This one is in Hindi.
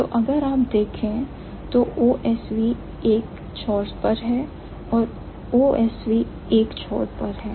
तो अगर आप देखे तो OSV एक छोर पर है और OSV एक छोर पर है